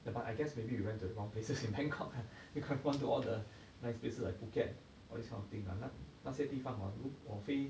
the but I guess maybe we went to the wrong places in bangkok ah we could have gone to all the nice places at phuket all this kind of thing ah 那那些地方:nanei xie di fang hor 我飞